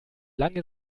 lange